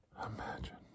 imagine